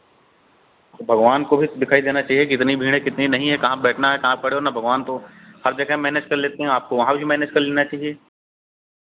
भगवान को भी दिखाई देना चहिए कितनी भीड़ है कितनी नहीं है कहाँ पे बैठना है कहाँ पे खड़े होना है भगवान तो हर जगह मैनेज कर लेते हैं आपको वहाँ भी मैनेज कर लेना चहिए